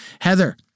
Heather